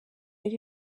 ari